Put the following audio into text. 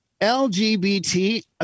LGBT